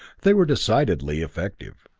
they were decidedly effective.